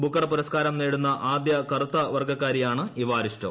Booker പുരസ്ക്കാരം നേടുന്ന ആദ്യകറുത്ത വർഗ്ഗക്കാരിയാണ് ഇവാരിസ്റ്റോ